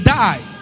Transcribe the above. die